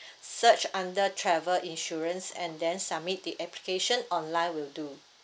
search under travel insurance and then submit the application online will do